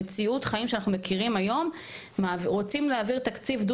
הפעם המשרדים לא יוכלו להתחמק מלבוא.